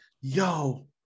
yo